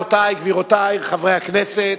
רבותי וגבירותי חברי הכנסת,